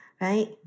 right